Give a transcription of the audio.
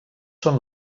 són